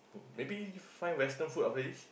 maybe find western food after this